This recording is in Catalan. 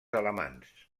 alamans